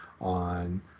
on